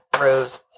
Rose